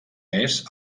més